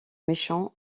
méchants